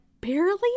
barely